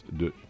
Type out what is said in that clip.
de